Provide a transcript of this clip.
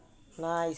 nice